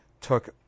took